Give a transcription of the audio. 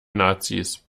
nazis